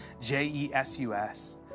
J-E-S-U-S